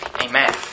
Amen